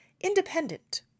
independent